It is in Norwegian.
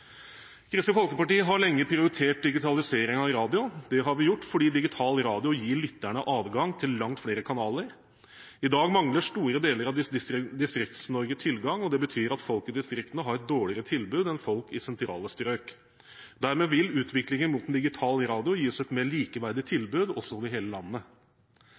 Kristelig Folkeparti har lenge prioritert digitalisering av radio. Det har vi gjort fordi digital radio gir lytterne adgang til langt flere kanaler. I dag mangler store deler av Distrikts-Norge tilgang, og det betyr at folk i distriktene har et dårligere tilbud enn folk i sentrale strøk. Dermed vil utviklingen mot en digital radio gi oss et mer likeverdig tilbud over hele landet.